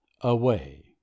away